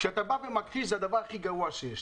כשאתה מכחיש זה הדבר הכי גרוע שיש.